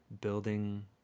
building